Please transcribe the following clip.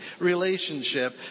relationship